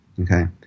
Okay